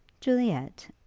Juliet